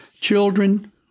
children